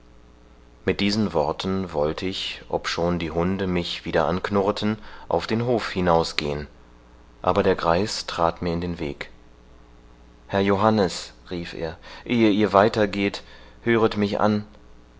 mit diesen worten wollte ich obschon die hunde mich wieder anknurreten auf den hof hinausgehen aber der greis trat mir in den weg herr johannes rief er ehe ihr weiter gehet höret mich an